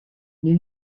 new